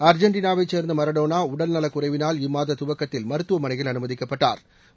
அர்ஜென்டினாவைச் சேர்ந்த மரடோனா உடல்நலக்குறைவினால் இம்மாத துவக்கத்தில் மருத்துவமனையில் அனுமதிக்கப்பட்டாா்